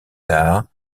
tard